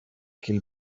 kill